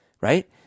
Right